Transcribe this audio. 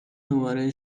دوباره